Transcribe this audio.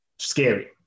scary